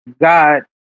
god